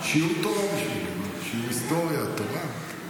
שיעור תורה זה בשבילי, שיעור היסטוריה, תורה.